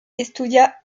estudia